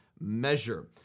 measure